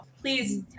please